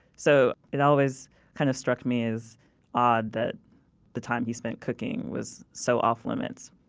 so it always kind of struck me as odd that the time he spent cooking was so off-limits,